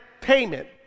payment